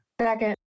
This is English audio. second